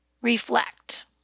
Reflect